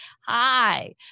Hi